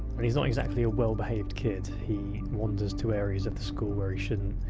and he's not exactly a well-behaved kid. he wanders to areas of the school where he shouldn't,